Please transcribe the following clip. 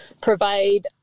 provide